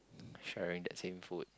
sharing the same food